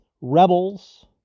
rebels